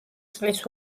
წლის